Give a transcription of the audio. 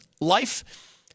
life